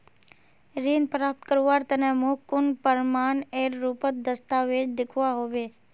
ऋण प्राप्त करवार तने मोक कुन प्रमाणएर रुपोत दस्तावेज दिखवा होबे?